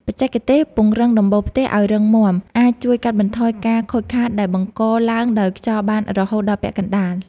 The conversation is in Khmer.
បច្ចេកទេសពង្រឹងដំបូលផ្ទះឱ្យរឹងមាំអាចជួយកាត់បន្ថយការខូចខាតដែលបង្កឡើងដោយខ្យល់បានរហូតដល់ពាក់កណ្តាល។